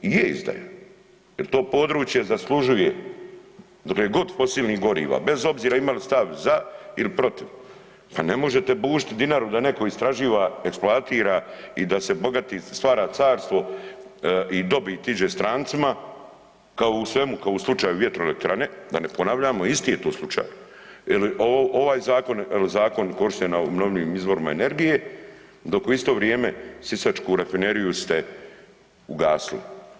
I je izdaja jer to područje zaslužuje dok je god fosilnih goriva, bez obzira ima li stav za ili protiv, pa ne možete bušiti Dinaru da netko istraživa, eksploatira i da se bogatim, stvara carstvo i dobit ide strancima kao u svemu, kao u slučaju vjetroelektrane, da ne ponavljam a isti je to slučaj jer ovaj zakon ili zakon korištenju o obnovljivim izvorima energije dok u isto vrijeme sisačku rafineriju ste ugasili.